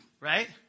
right